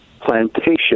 plantation